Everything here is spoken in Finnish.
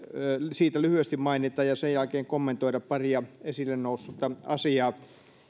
siitä lyhyesti mainita ja sen jälkeen kommentoida paria esille noussutta asiaa